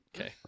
Okay